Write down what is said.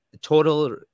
total